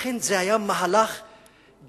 לכן, בעיני זה היה מהלך היסטורי.